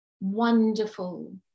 wonderful